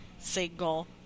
single